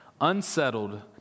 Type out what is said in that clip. unsettled